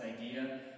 idea